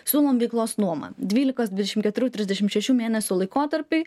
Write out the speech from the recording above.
siūlom veiklos nuomą dvylikos dvidešim keturių trisdešim šešių mėnesių laikotarpiui